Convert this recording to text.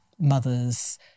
mothers